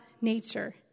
nature